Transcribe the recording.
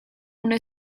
una